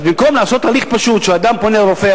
אז במקום לעשות הליך פשוט שבו אדם פונה לרופא,